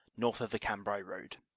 north of the cambrai road.